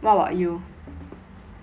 what about you